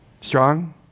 strong